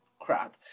crap